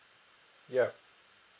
ya